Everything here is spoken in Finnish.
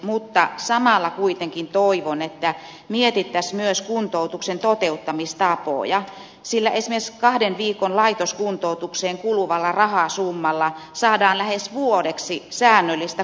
mutta samalla kuitenkin toivon että mietittäisiin myös kuntoutuksen toteuttamistapoja sillä esimerkiksi kahden viikon laitoskuntoutukseen kuluvalla rahasummalla saadaan lähes vuodeksi säännöllistä kotikuntoutusta